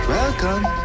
Welcome